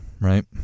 right